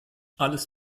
alles